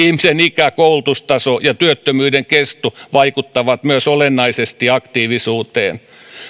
ihmisen ikä koulutustaso ja työttömyyden kesto vaikuttavat myös olennaisesti aktiivisuuteen